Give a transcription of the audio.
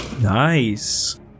Nice